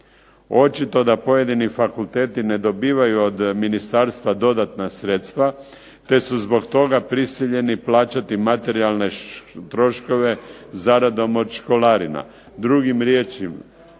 Očito da pojedini fakulteti ne dobivaju od ministarstva dodatna sredstva te su zbog toga prisiljeni plaćati materijalne troškove zaradom od školarina. Drugim riječima,